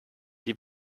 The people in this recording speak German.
die